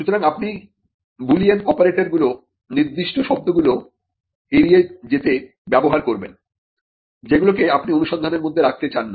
সুতরাং আপনি বুলিয়ান অপারেটরগুলো নির্দিষ্ট শব্দগুলি ড এড়িয়ে যেতে করতে ব্যবহার করবেন যেগুলোকে আপনি অনুসন্ধানের মধ্যে রাখতে চান না